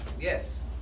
Yes